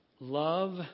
love